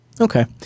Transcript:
Okay